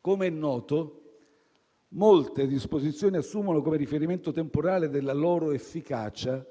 Com'è noto, molte disposizioni assumono come riferimento temporale della loro efficacia